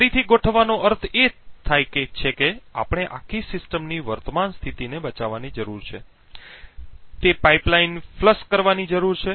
તો ફરીથી ગોઠવવાનો અર્થ એ થાય છે કે આપણે આખી સિસ્ટમની વર્તમાન સ્થિતિને બચાવવાની જરૂર છે તે પાઈપલાઈન ફ્લશ કરવાની જરૂર છે